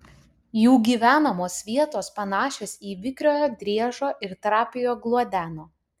jų gyvenamos vietos panašios į vikriojo driežo ir trapiojo gluodeno